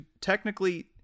technically